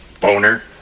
Boner